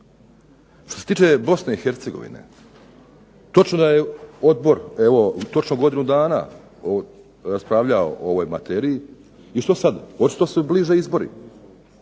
Što se tiče Bosne i Hercegovine, točno da je odbor, evo točno godinu dana raspravljao o ovoj materiji. I što sad? Očito se bliže izbori,